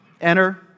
enter